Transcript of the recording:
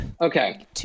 Okay